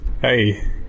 Hey